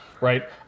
Right